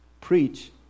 preach